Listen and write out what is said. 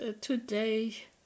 today